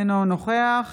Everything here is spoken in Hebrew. אינו נוכח